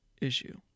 issue